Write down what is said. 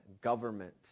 government